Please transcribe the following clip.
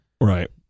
Right